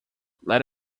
let